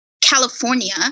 California